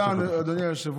תודה, אדוני היושב-ראש.